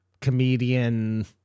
comedian